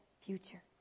future